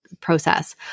process